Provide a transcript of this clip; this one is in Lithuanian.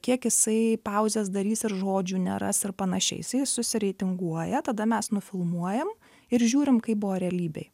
kiek jisai pauzes darys ir žodžių neras ir panašiai jisai susireitinguoja tada mes nufilmuojam ir žiūrim kaip buvo realybėj